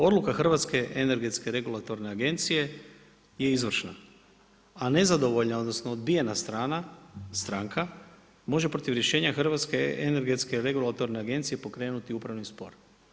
Odluka Hrvatske energetske regulatorne agencije je izvršna, a nezadovoljna odnosno odbijena strana, stranka, može protiv rješenja Hrvatske energetske regulatorne agencije pokrenuti upravni spor.